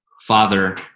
father